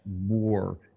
more